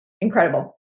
incredible